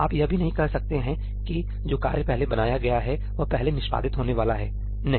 आप यह भी नहीं कह सकते हैं कि जो कार्य पहले बनाया गया है वह पहले निष्पादित होने वाला है नहीं